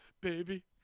Baby